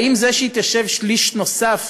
האם זה שהיא תשב שליש נוסף